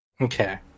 Okay